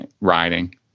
riding